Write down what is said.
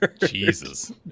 Jesus